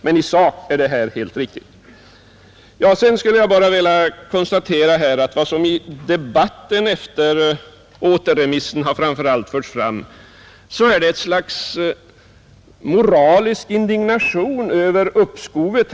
Men i sak har herr Werner helt rätt. Vad som i debatten efter återremissen framför allt förts fram är ett slags moralisk indignation över uppskovet.